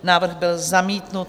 Návrh byl zamítnut.